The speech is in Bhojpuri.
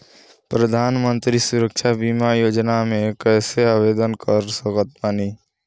प्रधानमंत्री सुरक्षा बीमा योजना मे कैसे आवेदन कर सकत बानी?